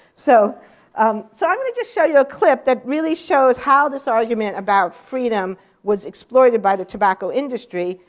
so um so i'm going to just show you a clip that really shows how this argument about freedom was exploited by the tobacco industry,